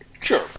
sure